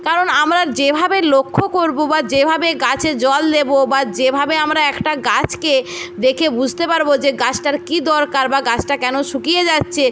কারণ আমরা যেভাবে লক্ষ্য করব বা যেভাবে গাছে জল দেবো বা যেভাবে আমরা একটা গাছকে দেখে বুঝতে পারব যে গাছটার কী দরকার বা গাছটা কেন শুকিয়ে যাচ্ছে